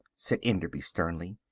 said enderby sternly.